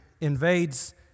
invades